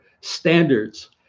standards